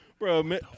Bro